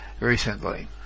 recently